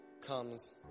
comes